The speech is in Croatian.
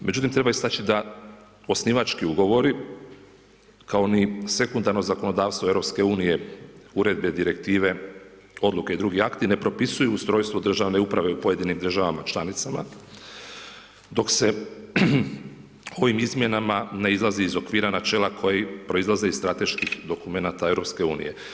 Međutim, treba ističe da osnivački ugovori, kao i oni sekundarno zakonodavstvo EU, uredbe, direktive, odluke i drugi akti, ne propisuju ustrojstvu državne uprave u pojedinim državama članicama, dok se ovim izmjenama ne izlazi iz okvira načela, koje proizlaze iz strateških dokumenata EU.